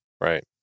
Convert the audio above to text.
right